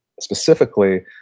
specifically